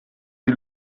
die